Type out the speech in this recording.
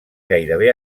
gairebé